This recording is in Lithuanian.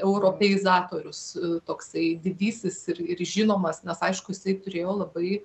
europeizatorius toksai didysis ir ir žinomas nes aišku jisai turėjo labai